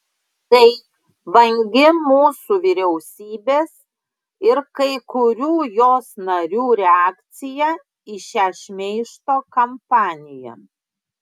tai vangi mūsų vyriausybės ir kai kurių jos narių reakcija į šią šmeižto kampaniją